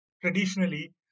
traditionally